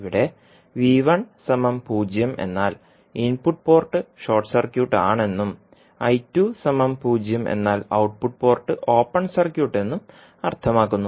ഇവിടെ 0 എന്നാൽ input port short circuit ആണെന്നും 0 എന്നാൽ ഔട്ട്പുട്ട് പോർട്ട് ഓപ്പൺ സർക്യൂട്ട് എന്നും അർത്ഥമാക്കുന്നു